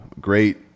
great